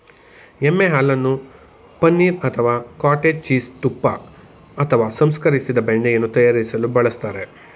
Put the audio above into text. ಎಮ್ಮೆ ಹಾಲನ್ನು ಪನೀರ್ ಅಥವಾ ಕಾಟೇಜ್ ಚೀಸ್ ತುಪ್ಪ ಅಥವಾ ಸಂಸ್ಕರಿಸಿದ ಬೆಣ್ಣೆಯನ್ನು ತಯಾರಿಸಲು ಬಳಸ್ತಾರೆ